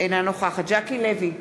אינה נוכחת ז'קי לוי,